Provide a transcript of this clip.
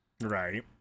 Right